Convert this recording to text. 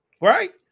right